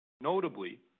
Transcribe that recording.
Notably